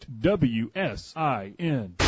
WSIN